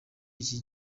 iki